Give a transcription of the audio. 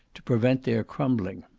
to prevent their crumbling.